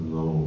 no